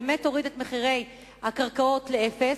באמת הוריד את מחירי הקרקעות לאפס,